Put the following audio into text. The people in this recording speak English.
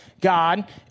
God